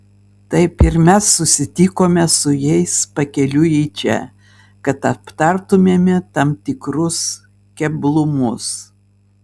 taip ir mes susitikome su jais pakeliui į čia kad aptartumėme tam tikrus keblumus